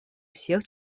всех